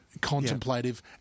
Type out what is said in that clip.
contemplative